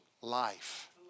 life